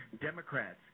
Democrats